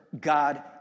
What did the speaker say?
God